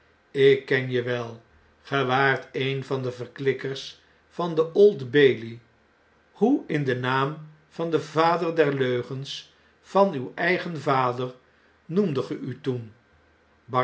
ik ken je wel ge waart een van de verklikkers van de old-bailey hoe in den naam van den vader der leugens van uw eigen vader noemdet ge u toen